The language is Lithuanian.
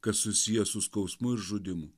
kas susiję su skausmu ir žudymu